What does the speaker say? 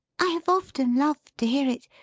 i have often loved to hear it.